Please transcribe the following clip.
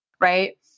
right